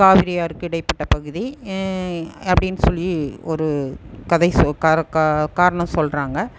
காவேரி ஆறுக்கு இடைப்பட்ட பகுதி அப்படீன்னு சொல்லி ஒரு கதை ஸோ கா காரணம் சொல்றாங்க